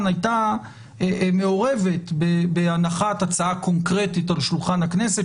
הייתה מעורבת בהנחת הצעה קונקרטית על שולחן הכנסת,